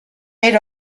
era